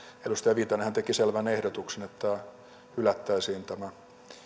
edustaja viitanenhan teki selvän ehdotuksen että hylättäisiin tämä